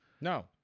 No